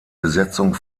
besetzung